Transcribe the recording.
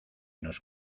nos